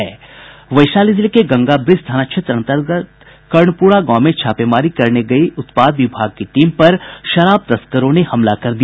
वैशाली जिले के गंगा ब्रिज थाना क्षेत्र अन्तर्गत कर्णपुरा गांव में छापेमारी करने गयी उत्पाद विभाग की टीम पर शराब तस्करों ने हमला कर दिया